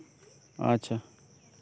ᱟᱪᱪᱷᱟ